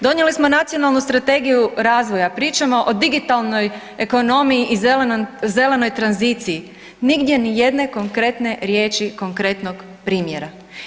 Donijeli smo Nacionalnu strategiju razvoja, pričamo o digitalnoj ekonomiji i zelenoj tranziciji, nigdje ni jedne konkretne riječi konkretnog primjera.